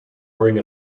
bring